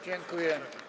Dziękuję.